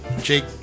Jake